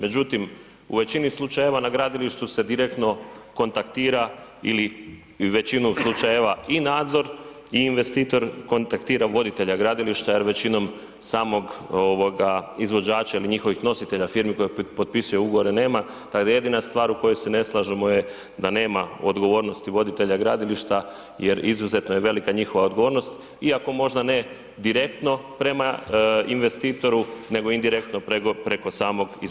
Međutim, u većini slučajeva na gradilištu se direktno kontaktira ili većinom slučajeva i nadzor i investitor kontaktira voditelja gradilišta jer većinom samog izvođača ili njihovih nositelja firmi koji potpisuju ugovore nema, a je jedina stvar u kojoj se ne slažemo je da nema odgovornosti voditelja gradilišta jer izuzetno je velika njihova odgovornost iako možda ne direktno prema investitoru nego indirektno preko samog izvođača, hvala.